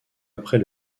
après